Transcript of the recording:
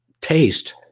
taste